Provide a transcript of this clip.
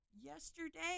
yesterday